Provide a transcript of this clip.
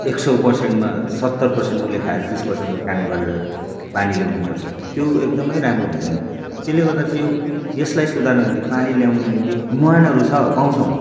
एक सौ पर्सेन्टमा सत्तर पर्सेन्ट उसले खाएर तिस पर्सेन्टको काम गरेर पानी ल्याउनु खोज्छ त्यो एकदमै राम्रो हुँदैन त्यसले गर्दा चाहिँ यो यसलाई सुधार्नुको निम्ति पानी ल्याउनुको निम्ति मुहानहरू छ पाउछौँ